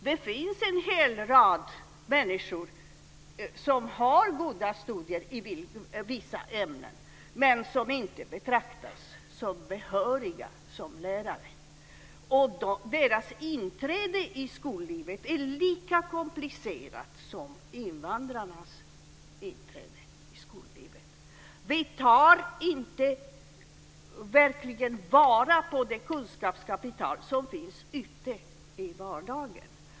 Det finns en hel rad människor som har goda studier i vissa ämnen men som inte betraktas som behöriga som lärare. Deras inträde i skollivet är lika komplicerat som invandrarnas inträde i skollivet. Vi tar inte vara på det kunskapskapital som finns ute i vardagen.